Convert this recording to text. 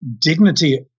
dignity